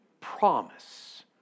promise